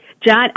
John